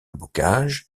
bocage